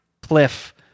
cliff